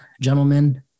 gentlemen